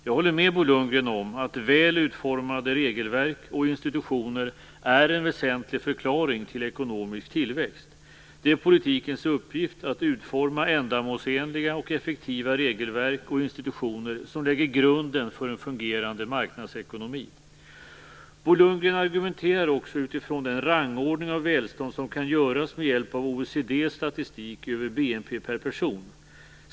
Jag håller med Bo Lundgren om att väl utformade regelverk och institutioner är en väsentlig förklaring till ekonomisk tillväxt. Det är politikens uppgift att utforma ändamålsenliga och effektiva regelverk och institutioner som lägger grunden för en fungerande marknadsekonomi. Bo Lundgren argumenterar också utifrån den rangordning av välstånd som kan göras med hjälp av OECD:s statistik över BNP per person.